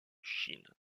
chine